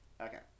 Okay